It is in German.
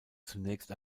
zunächst